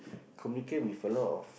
communicate with a lot of